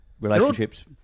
relationships